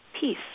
peace